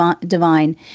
divine